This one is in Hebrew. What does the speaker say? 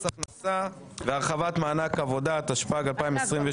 הכנסה והרחבת מענק עבודה התשפ"ג-2023.